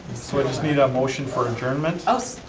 sort of just need a motion for adjournment. oh, so,